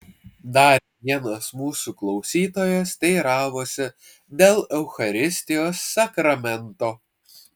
dar vienas mūsų klausytojas teiravosi dėl eucharistijos sakramento